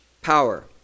power